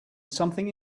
something